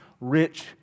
rich